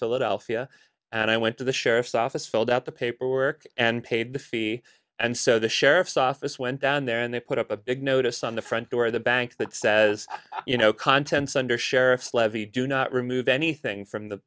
philadelphia and i went to the sheriff's office filled out the paperwork and paid the fee and so the sheriff's office went down there and they put up a big notice on the front door of the bank that says you know contents under sheriff's levy do not remove anything from the